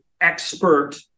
expert